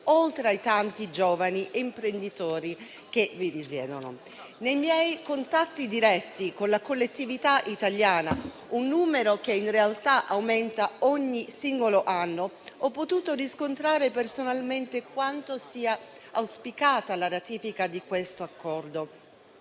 oltre ai tanti giovani imprenditori che vi risiedono. Nei miei contatti diretti con la collettività italiana - un numero che in realtà aumenta ogni singolo anno - ho potuto riscontrare personalmente quanto sia auspicata la ratifica di questo Accordo,